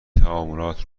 تعاملات